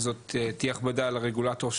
שזאת תהיה הכבדה על הרגולטור,